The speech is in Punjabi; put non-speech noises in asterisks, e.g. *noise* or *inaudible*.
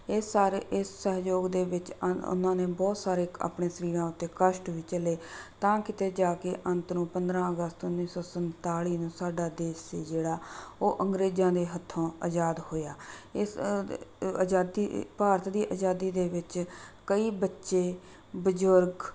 ਇਸ ਸਾਰੇ ਇਸ ਸਹਿਯੋਗ ਦੇ ਵਿੱਚ ਉਨ੍ਹਾ ਨੇ ਬਹੁਤ ਸਾਰੇ ਆਪਣੇ ਸਰੀਰਾਂ ਉੱਤੇ ਕਸ਼ਟ ਵੀ ਝੱਲੇ ਤਾਂ ਕਿਤੇ ਜਾ ਕੇ ਅੰਤ ਨੂੰ ਪੰਦਰਾਂ ਅਗਸਤ ਉੱਨੀ ਸੌ ਸੰਤਾਲੀ ਨੂੰ ਸਾਡਾ ਦੇਸ਼ ਸੀ ਜਿਹੜਾ ਉਹ ਅੰਗਰੇਜ਼ਾਂ ਦੇ ਹੱਥੋਂ ਅਜ਼ਾਦ ਹੋਇਆ ਇਸ *unintelligible* ਆਜ਼ਾਦੀ ਭਾਰਤ ਦੀ ਆਜ਼ਾਦੀ ਦੇ ਵਿੱਚ ਕਈ ਬੱਚੇ ਬਜ਼ੁਰਗ